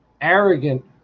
arrogant